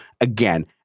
again